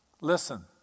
listen